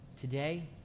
today